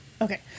Okay